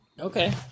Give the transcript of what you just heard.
Okay